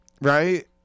right